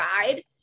guide